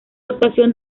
actuación